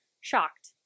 shocked